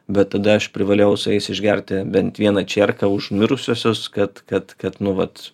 bet tada aš privalėjau su jais išgerti bent vieną čierką už mirusiuosius kad kad kad nu vat